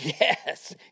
yes